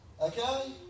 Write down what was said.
Okay